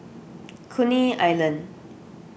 Coney Island